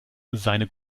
seine